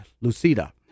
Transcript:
Lucida